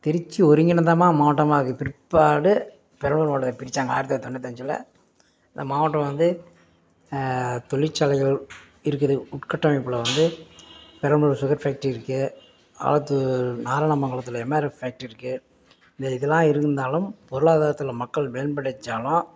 திருச்சி ஒருங்கிணைந்தமா மாவட்டமாக பிற்பாடு பெரம்பலூர் மாவட்டத்தை பிரித்தாங்க ஆயிரத்தி தொள்ளாயிரத்தி தொண்ணூத்தஞ்சுல அந்த மாவட்டம் வந்து தொழிற்சாலைகள் இருக்குது உட்கட்டமைப்பில் வந்து பெரம்பலூர் சுகர் ஃபேக்ட்ரி இருக்குது அடுத்து நாராயணமங்கலத்தில் எம்ஆர்ஏஃப் ஃபேக்ட்ரி இருக்குது இந்த இதெலாம் இருந்தாலும் பொருளாதாரத்தில் மக்கள் மேன்மை அடைஞ்சாலும்